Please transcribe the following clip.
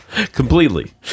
Completely